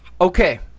Okay